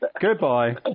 Goodbye